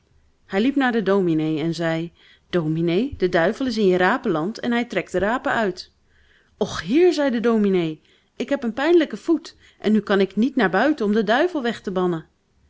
hij liep naar den dominee en zeî dominee de duivel is in je rapenland en hij trekt de rapen uit och heer zei de dominee ik heb een pijnlijke voet en nu kan ik niet naar buiten om den duivel weg te bannen